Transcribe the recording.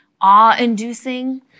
awe-inducing